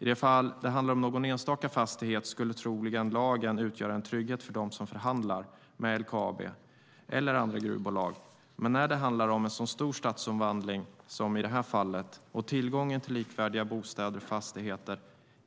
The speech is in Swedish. I det fall det handlar om någon enstaka fastighet skulle lagen troligen utgöra en trygghet för dem som förhandlar med LKAB eller andra gruvbolag, men när det handlar om en så stor stadsomvandling som i detta fall och när tillgången till likvärdiga bostäder och fastigheter